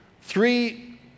three